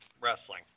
Wrestling